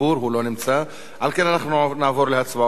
על כן, אנחנו נעבור להצבעות, רבותי חברי הכנסת.